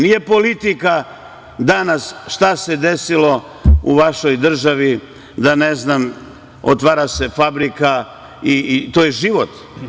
Nije politika danas šta se desilo u vašoj državi, ne znam, otvara se fabrika, i to je život.